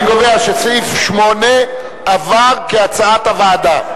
אני קובע שסעיף 8 עבר כהצעת הוועדה.